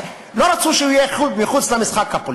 שלא רצו שהוא יהיה מחוץ למשחק הפוליטי.